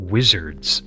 wizards